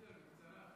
שוסטר, בקצרה.